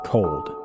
Cold